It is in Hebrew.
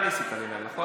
אתה ניסית לנהל, נכון?